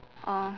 orh